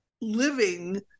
living